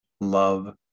love